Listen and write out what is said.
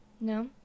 no